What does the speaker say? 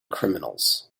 criminals